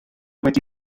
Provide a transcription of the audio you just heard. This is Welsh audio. wedi